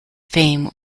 fame